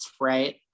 right